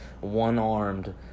one-armed